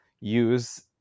use